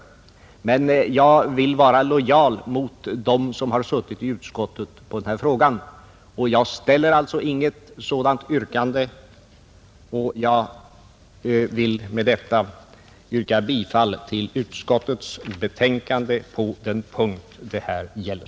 Men jag vill vara lojal mot dem som suttit på denna fråga i utskottet. Jag ställer alltså herr talman inget sådant yrkande utan vill med det sagda hemställa om bifall till utskottets förslag på den punkt det här gäller,